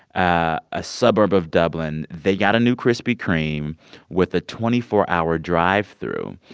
ah a suburb of dublin they got a new krispy kreme with a twenty four hour drive-through.